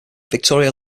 victoria